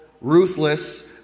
ruthless